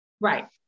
Right